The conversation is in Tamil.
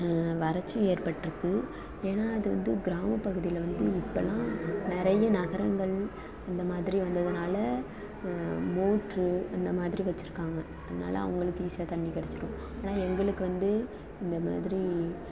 வறட்சியும் ஏற்பட்டிருக்கு ஏன்னா அது வந்து கிராம பகுதியில் வந்து இப்போல்லாம் நிறைய நகரங்கள் அந்த மாதிரி வந்ததுனால் மோட்ரு அந்த மாதிரி வச்சுருக்காங்க அதனால அவங்களுக்கு ஈஸியாக தண்ணி கிடச்சிரும் ஆனால் எங்களுக்கு வந்து இந்த மாதிரி